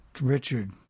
Richard